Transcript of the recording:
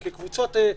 קבוצות,